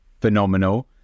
phenomenal